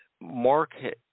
mark